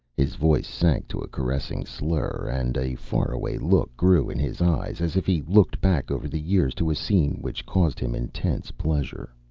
his voice sank to a caressing slur, and a far-away look grew in his eyes, as if he looked back over the years to a scene which caused him intense pleasure.